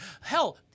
hell